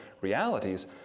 realities